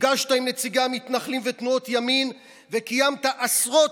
נפגשת עם נציגי המתנחלים ותנועות ימין וקיימת עשרות